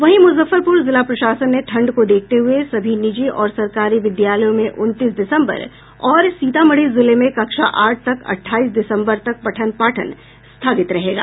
वहीं मुजफ्फरपुर जिला प्रशासन ने ठंड को देखते हुये सभी निजी और सरकारी विद्यालयों में उनतीस दिसम्बर और सीतामढ़ी जिले में कक्षा आठ तक अट्ठाइस दिसम्बर तक पठन पाठन स्थगित रहेगा